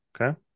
Okay